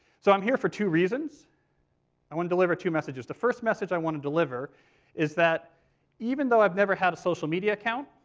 so i'm here for two reasons i want to deliver two messages. the first message i want to deliver is that even though i've never had a social media account,